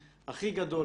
הכי גדול,